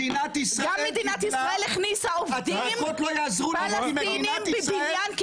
מדינת ישראל הכניסה עובדים פלסטינים בבניין,